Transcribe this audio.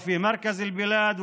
במרכז הארץ,